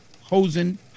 Hosen